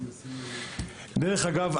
דרך אגב,